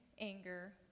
anger